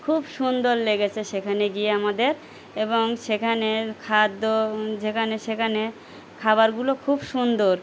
খুব সুন্দর লেগেছে সেখানে গিয়ে আমাদের এবং সেখানে খাদ্য যেখানে সেখানে খাবারগুলো খুব সুন্দর